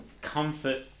comfort